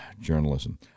Journalism